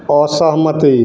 असहमति